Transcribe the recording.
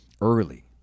Early